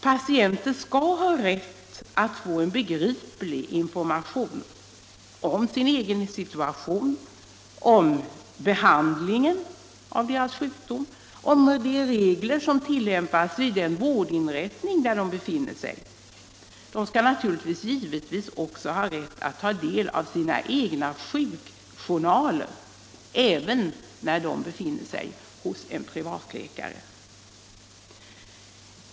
Patienter skall ha rätt att få en begriplig information — om sin egen situation, om behandlingen och om de regler som tillämpas vid den vårdinrättning där de befinner sig, och de skall givetvis också ha rätt att ta del av sina egna sjukjdurnaler — även när de befinner sig hos en privatläkare.